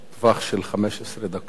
בטווח של 15 דקות.